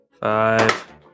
Five